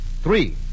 Three